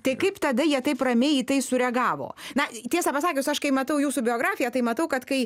tai kaip tada jie taip ramiai į tai sureagavo na tiesą pasakius aš kai matau jūsų biografiją tai matau kad kai